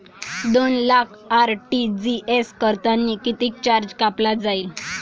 दोन लाख आर.टी.जी.एस करतांनी कितीक चार्ज कापला जाईन?